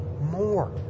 more